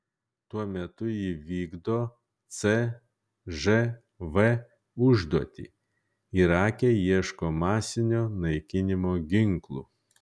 tuo metu ji vykdo cžv užduotį irake ieško masinio naikinimo ginklų